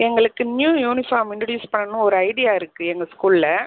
எங்களுக்கு new uniform introduce பண்ணணுன்னு ஒரு ஐடியா இருக்குது எங்கள் ஸ்கூலில்